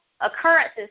occurrences